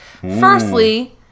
firstly